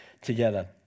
together